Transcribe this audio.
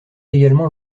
également